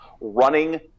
running